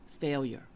failure